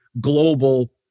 global